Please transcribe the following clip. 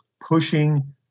pushing